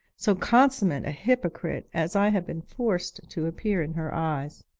so consummate a hypocrite, as i have been forced to appear in her eyes.